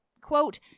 Quote